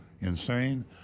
insane